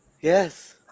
Yes